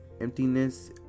emptiness